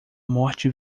morte